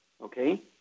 okay